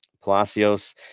Palacios